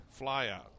flyout